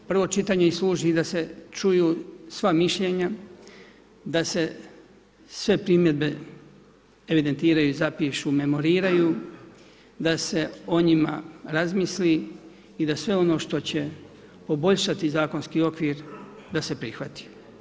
Prvo čitanje i služi da se čuju sva mišljenja, da se sve primjedbe evidentiraju i zapišu, memoriraju, da se o njima razmisli i da sve ono što će poboljšati zakonski okvir da se prihvati.